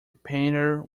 painter